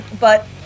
but-